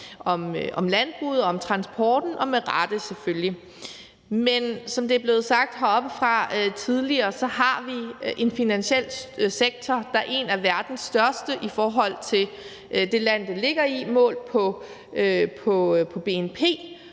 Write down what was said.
om landbruget og om transporten – med rette selvfølgelig. Men som det er blevet sagt heroppefra tidligere, har vi en finansiel sektor, der er en af verdens største i forhold til det land, den ligger i, målt på bnp,